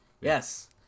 Yes